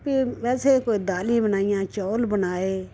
ते वैसे कोई दालीं बनाइयां कोई चौल बनाये